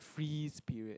freeze period